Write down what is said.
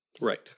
Right